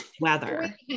weather